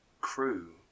crew